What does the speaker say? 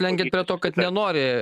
lenkiat prie to kad nenori